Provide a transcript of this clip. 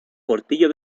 portillo